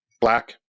black